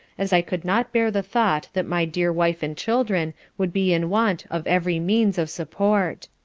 as i could not bear the thought that my dear wife and children would be in want of every means of support.